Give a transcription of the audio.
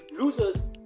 losers